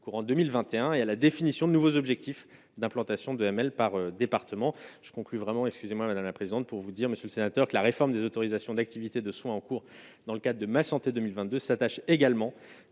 courant 2021 et à la définition de nouveaux objectifs d'implantation de par département, je conclus vraiment, excusez-moi, madame la présidente, pour vous dire, Monsieur le Sénateur, que la réforme des autorisations d'activités de soins en cours dans le cas de ma santé 2022 s'attache également